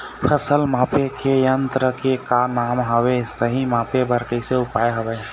फसल मापे के यन्त्र के का नाम हवे, सही मापे बार कैसे उपाय हवे?